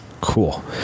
Cool